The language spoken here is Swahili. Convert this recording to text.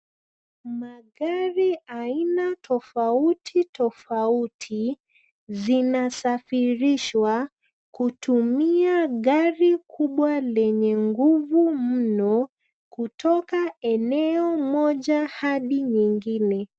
Magari aina tofauti tofauti zinasafirishwa kutumia gari kubwa lenye nguvu mno kutoka eneo moja hadi nyingine..